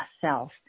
self